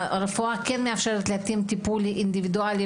הרפואה מאפשרת להתאים טיפול אינדיבידואלי